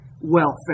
welfare